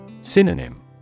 Synonym